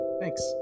Thanks